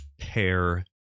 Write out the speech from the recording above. pair